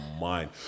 mind